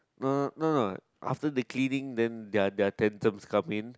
no no no after the cleaning then their their tantrums come in